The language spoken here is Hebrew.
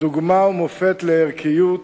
דוגמה ומופת לערכיות,